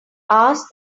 ask